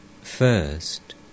First